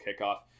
kickoff